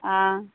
आ